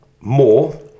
more